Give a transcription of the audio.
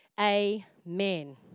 amen